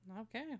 Okay